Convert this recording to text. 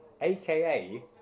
aka